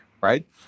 right